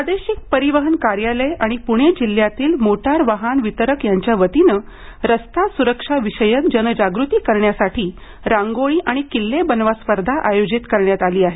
प्रादेशिक परिवहन कार्यालय आणि पुणे जिल्ह्यातील मोटार वाहन वितरक यांच्यावतीनं रस्ता सुरक्षाविषयक जनजागृती करण्यासाठी रांगोळी आणि किल्ले बनवा स्पर्धा आयोजित करण्यात आली आहे